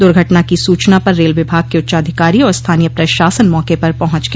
दुर्घटना की सूचना पर रेल विभाग के उच्चाधिकारी और स्थानीय प्रशासन मौके पर पहुंच गया